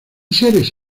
seres